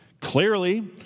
Clearly